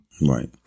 Right